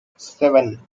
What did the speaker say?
seven